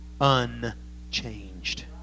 unchanged